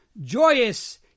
Joyous